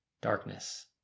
darkness